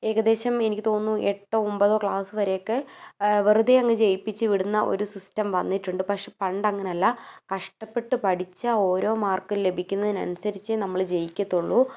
ഏകദേശം എനിക്ക് തോന്നുന്നു എട്ടോ ഒൻപതോ ക്ലാസ് വരെയൊക്കെ വെറുതെ അങ്ങ് ജയിപ്പിച്ച് വിടുന്ന ഒരു സിസ്റ്റം വന്നിട്ടുണ്ട് പക്ഷെ പണ്ടങ്ങനെയല്ല കഷ്ടപ്പെട്ട് പഠിച്ച ഓരോ മാർക്കും ലഭിക്കുന്നതിനനുസരിച്ച് നമ്മൾ ജയിക്കത്തുള്ളൂ